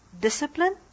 discipline